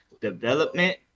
development